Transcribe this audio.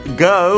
go